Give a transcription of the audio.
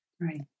Right